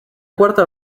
cuarta